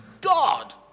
God